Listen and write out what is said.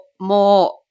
more